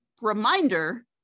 reminder